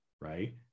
right